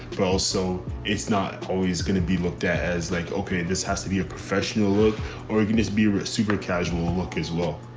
but also it's not always going to be looked at as like, okay, this has to be a professional look organised, super casual look as well.